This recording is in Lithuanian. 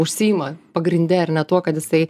užsiima pagrinde ar ne tuo kad jisai